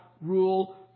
rule